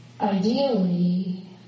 ideally